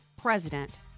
president